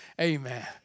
amen